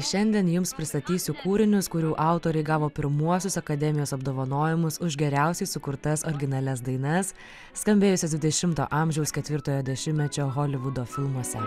šiandien jums pristatysiu kūrinius kurių autoriai gavo pirmuosius akademijos apdovanojimus už geriausiai sukurtas originalias dainas skambėjusias dvidešimto amžiaus ketvirtojo dešimtmečio holivudo filmuose